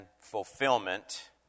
fulfillment